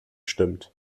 stimmt